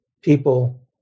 people